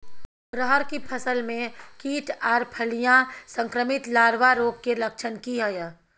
रहर की फसल मे कीट आर फलियां संक्रमित लार्वा रोग के लक्षण की हय?